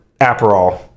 Aperol